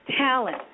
talent